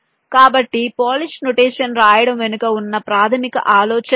కాబట్టి Polish notation రాయడం వెనుక ఉన్న ప్రాథమిక ఆలోచన ఇది